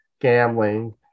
gambling